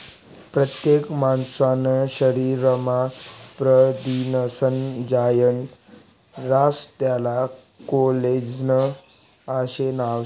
परतेक मानूसना शरीरमा परथिनेस्नं जायं रास त्याले कोलेजन आशे नाव शे